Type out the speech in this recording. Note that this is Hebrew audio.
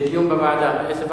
לדיון בוועדה.